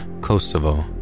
Kosovo